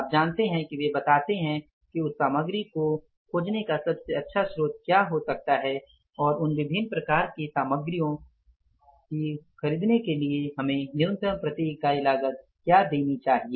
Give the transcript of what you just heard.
आप जानते हैं कि वे बताते हैं कि उस सामग्री को खोजने का सबसे अच्छा स्रोत क्या हो सकता है और उन विभिन्न प्रकार की सामग्रियों को खरीदने के लिए हमें न्यूनतम प्रति इकाई लागत क्या होनी चाहिए